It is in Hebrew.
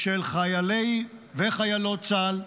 של חיילי וחיילות צה"ל,